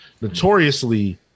Notoriously